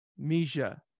Misha